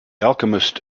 alchemist